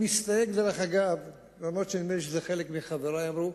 דרך אגב, אני מסתייג, למרות מה שחלק מחברי אמרו,